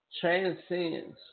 transcends